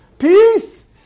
peace